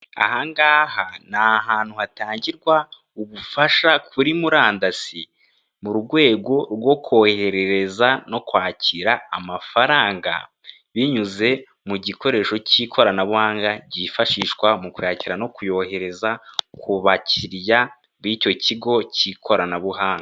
Ahangaha ni ahantu hatangirwa ubufasha kuri murandasi mu rwego rwo koherereza no kwakira amafaranga, binyuze mu gikoresho cy'ikoranabuhanga ryifashishwa mu kuyakira no kuyohereza ku bakiriya b'icyo kigo cy'ikoranabuhanga.